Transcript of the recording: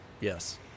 Yes